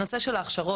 הנושא של ההכשרות,